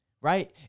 right